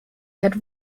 had